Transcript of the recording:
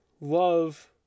love